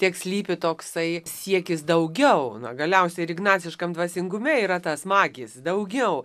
tiek slypi toksai siekis daugiau na galiausiai ir ignaciškam dvasingume yra tas magis daugiau